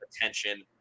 attention